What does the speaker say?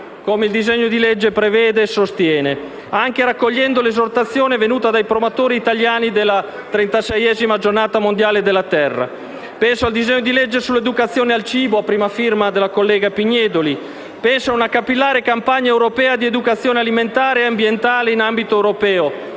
come il disegno di legge prevede e sostiene, anche raccogliendo l'esortazione venuta dai promotori italiani della trentaseiesima Giornata mondiale della terra. Penso al disegno di legge sull'educazione al cibo, a prima firma della collega Pignedoli. Penso a una capillare campagna europea di educazione alimentare e ambientale in ambito europeo.